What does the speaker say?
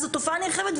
אז זו תופעה נרחבת,